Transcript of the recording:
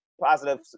positive